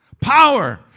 Power